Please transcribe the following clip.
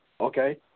okay